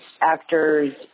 actors